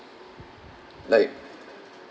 like